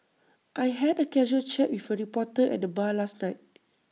I had A casual chat with A reporter at the bar last night